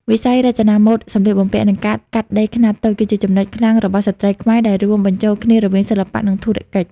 វិស័យរចនាម៉ូដសម្លៀកបំពាក់ និងការកាត់ដេរខ្នាតតូច គឺជាចំណុចខ្លាំងរបស់ស្ត្រីខ្មែរដែលរួមបញ្ចូលគ្នារវាងសិល្បៈ និងធុរកិច្ច។